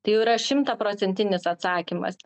tai jau yra šimtaprocentinis atsakymas